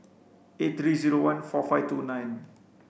eight three zero one four five two nine